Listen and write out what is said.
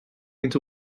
into